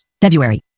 February